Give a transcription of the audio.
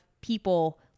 people